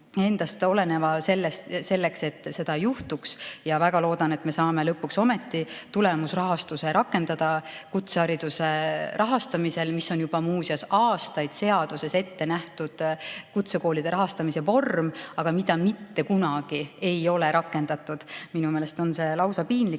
endast oleneva selleks, et seda ei juhtuks, ja väga loodan, et me saame lõpuks ometi rakendada tulemusrahastust kutsehariduse rahastamisel, mis on muuseas juba aastaid seaduses ette nähtud kutsekoolide rahastamise vorm, aga mida mitte kunagi ei ole rakendatud. Minu meelest on see lausa piinlik,